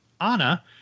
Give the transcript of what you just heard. anna